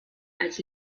als